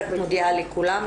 רק מודיעה לכולם,